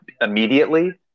immediately